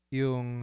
yung